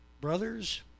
brothers